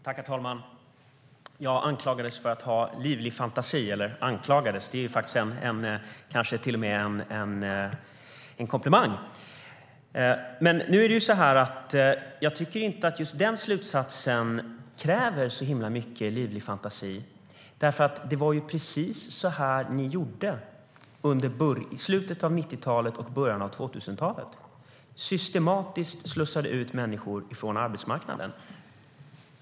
Herr talman! Jag anklagades för att ha livlig fantasi, eller det kanske till och med var en komplimang. Jag tycker dock inte att just den slutsatsen kräver särskilt livlig fantasi. Det var nämligen precis så här ni gjorde under slutet av 90-talet och början av 2000-talet, Magdalena Andersson. Ni slussade systematiskt ut människor från arbetsmarknaden.